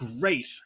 great